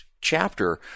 chapter